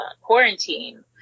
quarantine